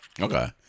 Okay